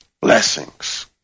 blessings